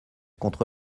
contre